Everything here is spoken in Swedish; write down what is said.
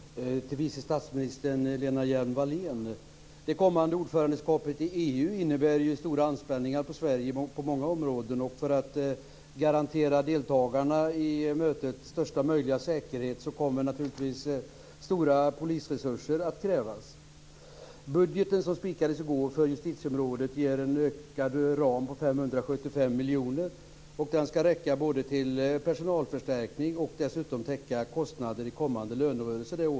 Fru talman! En fråga till vice statsminister Lena Det kommande ordförandeskapet i EU innebär stora anspänningar för Sverige på många områden. För att garantera mötesdeltagare största möjliga säkerhet kommer det naturligtvis att krävas stora polisresurser. Den budget som i går beslutades för justitieområdet ger en ökning av ramen om 575 miljoner kronor, som både ska räcka till personalförstärkning och täcka kostnader för det kommande årets lönerörelse.